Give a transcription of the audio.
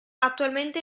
attualmente